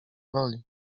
woli